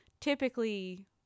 typically